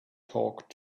talk